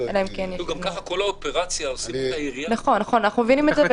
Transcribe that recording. גם ככה כל האופרציה- -- אנחנו מבינים את זה.